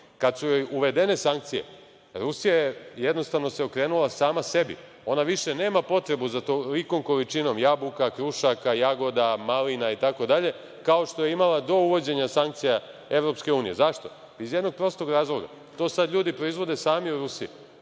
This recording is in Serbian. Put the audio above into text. Kada su joj uvedene sankcije, Rusija se, jednostavno, okrenula sama sebi. Ona više nema potrebu za tolikom količinom jabuka, krušaka, jagoda, malina i tako dalje, kao što je imala do uvođenja sankcija EU. Zašto? Pa, iz jednog prostog razloga – to sada ljudi proizvode sami u Rusiji.